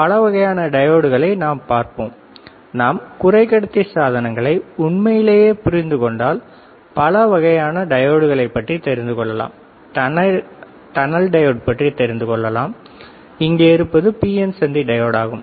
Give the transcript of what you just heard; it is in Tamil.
பல வகையான டையோட்களையும் நாம் பார்ப்போம் நாம் குறைக்கடத்தி சாதனங்களை உண்மையிலேயே புரிந்து கொண்டால் பல வகையான டையோட்கள் பற்றி தெரிந்து கொள்ளலாம் டனல் டையோடு பற்றி தெரிந்து கொள்ளலாம் இங்கே இருப்பது பிஎன் சந்தி டையோடு ஆகும்